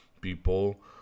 people